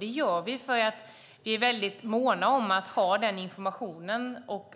Det gör de därför att vi är väldigt måna om att ha den informationen och